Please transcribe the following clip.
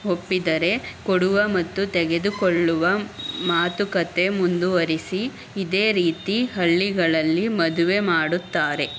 ಒಪ್ಪಿದರೆ ಕೊಡುವ ಮತ್ತು ತೆಗೆದುಕೊಳ್ಳುವ ಮಾತುಕತೆ ಮುಂದುವರಿಸಿ ಇದೇ ರೀತಿ ಹಳ್ಳಿಗಳಲ್ಲಿ ಮದುವೆ ಮಾಡುತ್ತಾರೆ